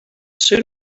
soon